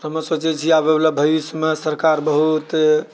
एहिमेसँ जे छै आबयवला भविष्यमे सरकार बहुत